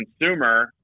consumer